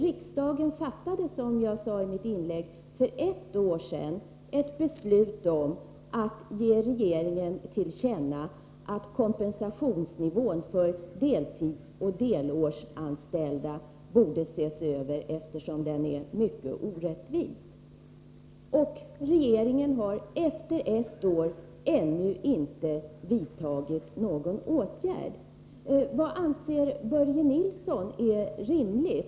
Riksdagen fattade, som jag sade i mitt tidigare inlägg, för ett år sedan beslut om att regeringen skulle ges till känna att kompensationsnivån för deltidsoch delårsanställda borde ses över, eftersom den är mycket orättvis. Regeringen har ännu efter ett år inte vidtagit någon åtgärd. Vad anser Börje Nilsson är rimligt?